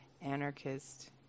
anarchist